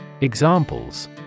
Examples